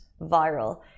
viral